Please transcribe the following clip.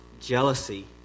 jealousy